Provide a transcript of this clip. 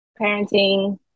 parenting